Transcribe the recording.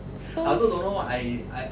so